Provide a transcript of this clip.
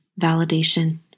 validation